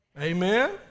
Amen